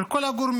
של כל הגורמים.